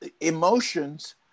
emotions